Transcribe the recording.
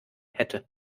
hätte